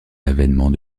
l’avènement